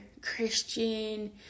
Christian